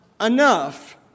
enough